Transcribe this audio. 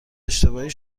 اشتباهی